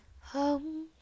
Home